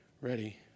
ready